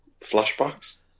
flashbacks